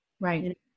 Right